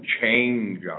change